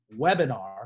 webinar